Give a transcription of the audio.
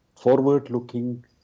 forward-looking